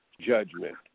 judgment